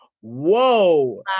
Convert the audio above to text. Whoa